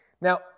Now